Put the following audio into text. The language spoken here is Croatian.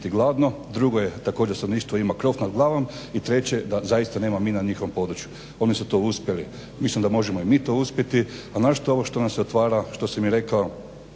drugo je također stanovništvo ima krov nad glavom i treće da zaista nema mina na njihovom području. Oni su to uspjeli, mislim da možemo i mi to uspjeti. A naročito ovo što nam se otvara što sam i rekao